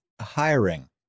hiring